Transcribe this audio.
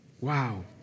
wow